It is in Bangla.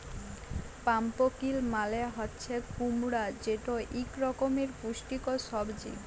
পাম্পকিল মালে হছে কুমড়া যেট ইক রকমের পুষ্টিকর সবজি